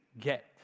get